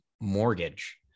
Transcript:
mortgage